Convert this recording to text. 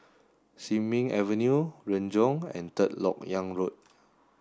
Sin Ming Avenue Renjong and Third Lok Yang Road